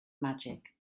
magic